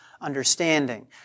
understanding